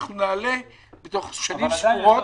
ואנחנו נעלה בתוך שנים ספורות.